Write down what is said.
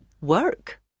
Work